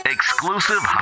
Exclusive